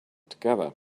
together